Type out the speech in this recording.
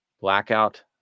blackout